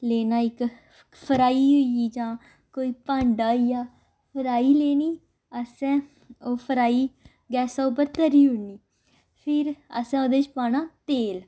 लेना इक फ्राई होई गेई जां कोई भांडा होई गेआ फ्राई लेनी असें ओह् फ्राई गैसा पर धरी ओड़नी फिर असें ओह्दे च पाना तेल